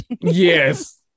Yes